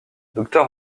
docteur